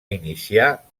iniciar